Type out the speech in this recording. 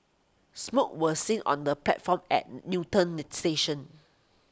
smoke was seen on the platform at Newton station